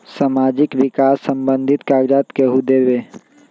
समाजीक विकास संबंधित कागज़ात केहु देबे?